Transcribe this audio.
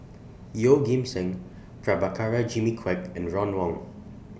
Yeoh Ghim Seng Prabhakara Jimmy Quek and Ron Wong